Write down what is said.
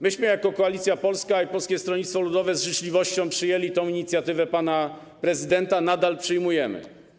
My jako Koalicja Polska i Polskie Stronnictwo Ludowe z życzliwością przyjęliśmy tę inicjatywę pana prezydenta, nadal tak ją przyjmujemy.